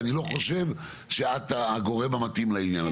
ואני לא חושב שאת הגורם המתאים לעניין הזה,